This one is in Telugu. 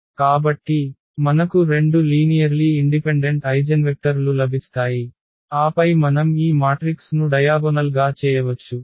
కాబట్టి మనకు రెండు లీనియర్లీ ఇండిపెండెంట్ ఐగెన్వెక్టర్ లు లభిస్తాయి ఆపై మనం ఈ మాట్రిక్స్ ను డయాగొనల్s గా చేయవచ్చు